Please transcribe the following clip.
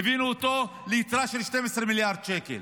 והבאנו אותו ליתרה של 12 מיליארד שקל.